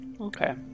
Okay